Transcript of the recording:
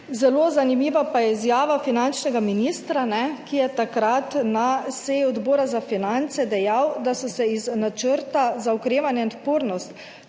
Zelo zanimiva pa je izjava finančnega ministra, ki je takrat na seji Odbora za finance dejal, da so se iz Načrta za okrevanje in odpornost